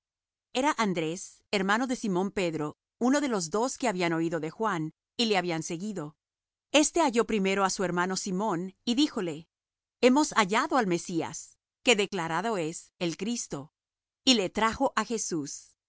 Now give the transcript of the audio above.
era andrés hermano de simón pedro uno de los dos que habían oído de juan y le habían seguido este halló primero á su hermano simón y díjole hemos hallado al mesías que declarado es el cristo y le trajo á jesús